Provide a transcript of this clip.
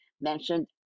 mentioned